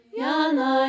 yana